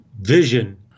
vision